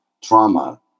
trauma